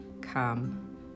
come